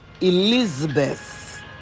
elizabeth